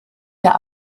der